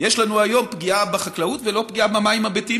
יש לנו היום פגיעה בחקלאות ולא פגיעה במים הביתיים,